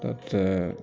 তাতে